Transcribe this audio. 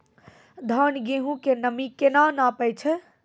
धान, गेहूँ के नमी केना नापै छै?